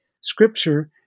scripture